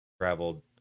traveled